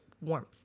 warmth